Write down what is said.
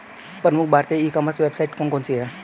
प्रमुख भारतीय e commerce website कौन कौन सी हैं?